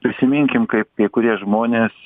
prisiminkim kaip kai kurie žmonės